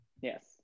Yes